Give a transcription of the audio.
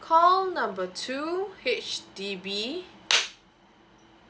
call number two H_D_B